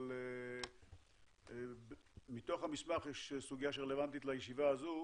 אבל בתוך המסמך יש סוגיה שרלוונטית לישיבה הזאת.